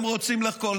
הם רוצים לחקור.